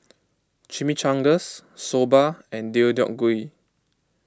Chimichangas Soba and Deodeok Gui